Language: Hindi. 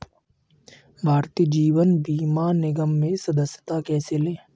भारतीय जीवन बीमा निगम में सदस्यता कैसे लें?